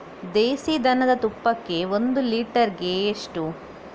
ದೇಸಿ ದನದ ತುಪ್ಪಕ್ಕೆ ಒಂದು ಲೀಟರ್ಗೆ ಎಷ್ಟು?